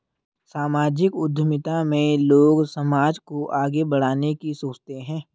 सामाजिक उद्यमिता में लोग समाज को आगे बढ़ाने की सोचते हैं